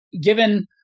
given